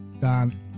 Dan